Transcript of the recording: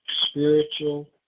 spiritual